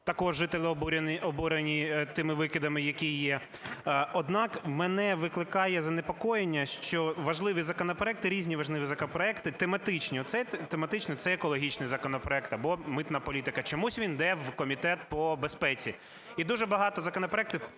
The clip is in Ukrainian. також жителі обурені тими викидами, які є. Однак, у мене викликає занепокоєння, що важливі законопроекти, різні важливі законопроекти тематичні, оцей тематичний – це екологічний законопроект або митна політика – чомусь він іде в Комітет по безпеці. І дуже багато законопроектів